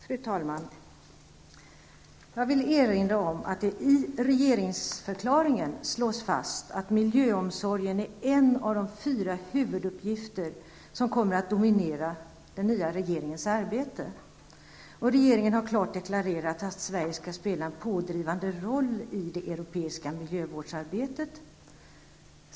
Fru talman! Jag vill erinra om att det i regeringsförklaringen slås fast att miljöomsorgen är en av de fyra huvuduppgifter som kommer att dominera den nya regeringens arbete. Regeringen har klart deklarerat att Sverige skall spela en pådrivande roll i det europeiska miljövårdsarbetet.